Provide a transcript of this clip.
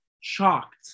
shocked